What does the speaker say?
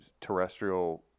terrestrial